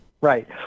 Right